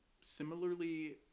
similarly